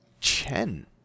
Chen